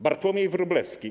Bartłomiej Wróblewski.